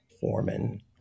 Foreman